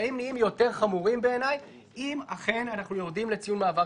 הקשיים נהיים יותר חמורים בעיניי אם אכן אנחנו יורדים לציון מעבר